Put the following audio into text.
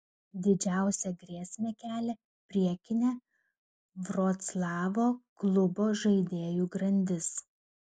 didžiausią grėsmę kelia priekinė vroclavo klubo žaidėjų grandis